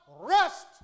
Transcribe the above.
rest